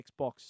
Xbox